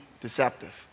deceptive